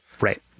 Right